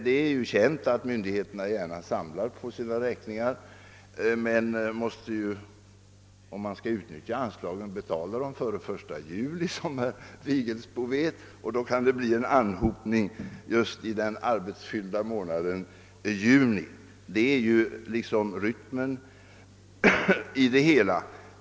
Det är ju känt att myndigheterna gärna samlar på sina räkningar, men om anslagen skall kunna utnyttjas måste utgifterna betalas före den 1 juli — vilket herr Vigelsbo vet — och då kan det bli en anhopning just i den arbetsfyllda månaden juni. Det är liksom rytmen i hela verksamheten.